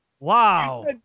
Wow